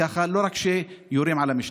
לא רק כשיורים על המשטרה.